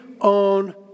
own